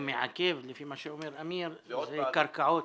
המעקב, אלה הקרקעות.